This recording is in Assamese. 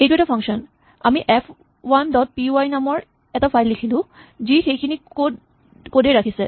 এইটো এটা ফাংচন আমি F one dot P Y নামৰ এটা ফাইল লিখিলো যি সেইখিনি কড এই ৰাখিছে